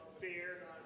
fear